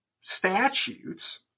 statutes